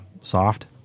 soft